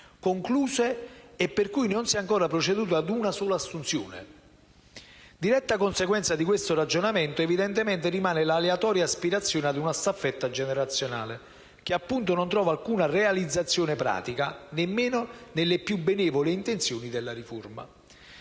concluse e per le quali non si è ancora proceduto ad una sola assunzione. Diretta conseguenza di questo ragionamento rimane l'aleatoria aspirazione ad una staffetta generazionale, che appunto non trova alcuna realizzazione pratica nemmeno nelle più benevoli intenzioni della riforma.